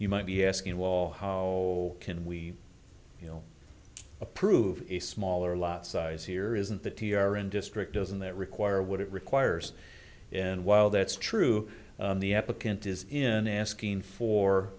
you might be asking wall how can we you know approve a smaller lot size here isn't the t r n district doesn't that require what it requires and while that's true the applicant is in asking